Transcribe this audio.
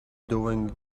doing